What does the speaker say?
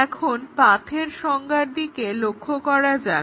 এখন পাথের সংজ্ঞার দিকে লক্ষ্য করা যাক